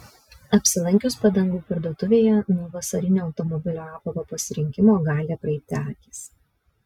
apsilankius padangų parduotuvėje nuo vasarinio automobilio apavo pasirinkimo gali apraibti akys